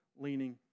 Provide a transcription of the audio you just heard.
leaning